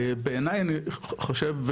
בעיני אני חושב,